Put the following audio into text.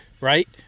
right